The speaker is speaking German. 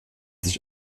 sich